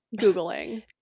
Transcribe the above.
Googling